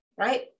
right